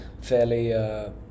fairly